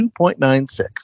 2.96